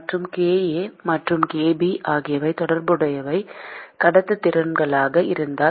மற்றும் kA மற்றும் kB ஆகியவை தொடர்புடைய கடத்துத்திறன்களாக இருந்தால்